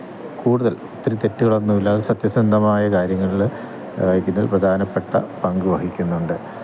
കൂടുതൽ ഒത്തിരി തെറ്റുകളൊന്നും ഇല്ലാതെ സത്യസന്ധമായ കാര്യങ്ങളില് ഇതില് പ്രധാനപ്പെട്ട പങ്ക് വഹിക്കുന്നുണ്ട്